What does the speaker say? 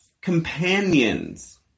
companions